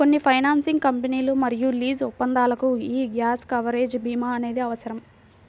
కొన్ని ఫైనాన్సింగ్ కంపెనీలు మరియు లీజు ఒప్పందాలకు యీ గ్యాప్ కవరేజ్ భీమా అనేది అవసరం